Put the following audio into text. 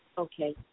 Okay